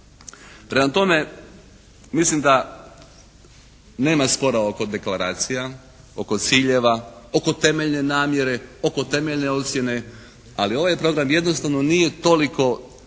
Prema tome, mislim da nema spora oko deklaracija, oko ciljeva, oko temeljne namjere, oko temeljne ocjene. Ali ovaj program jednostavno nije toliko precizan